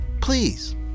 Please